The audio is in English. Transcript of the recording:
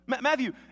Matthew